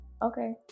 Okay